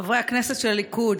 חברי הכנסת של הליכוד,